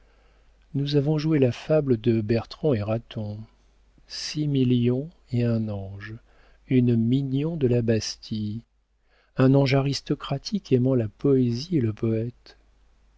nous avons joué la fable de bertrand et raton six millions et un ange une mignon de la bastie un ange aristocratique aimant la poésie et le poëte